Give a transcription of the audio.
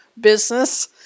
business